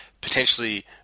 potentially